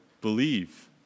believe